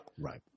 right